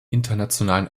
internationalen